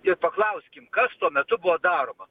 ir paklauskim kas tuo metu buvo daroma